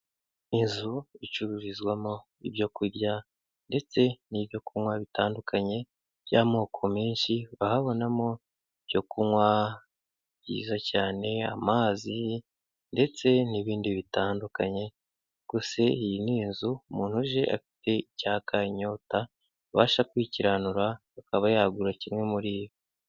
Inzu icururizwamo ibyo kurya ndetse n'ibyo kunywa bitandukanye by'amoko menshi, urahabonamo ibyo kunywa byiza cyane, amazi ndetse n'ibindi bitandukanye, rwose iyi ni inzu umuntu uje afite icyaka, inyota abasha kwikiranura akaba yagura kimwe muri ibi.